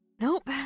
Nope